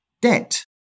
debt